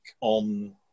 on